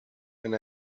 and